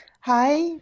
Hi